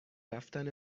رفتن